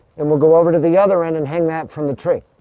and we'll go over to the other end and hang that from the tree.